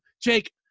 jake